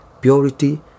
purity